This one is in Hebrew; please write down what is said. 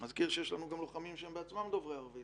ואני מזכיר שיש לנו גם לוחמים שהם בעצמם דוברי ערבית.